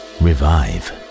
revive